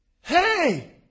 Hey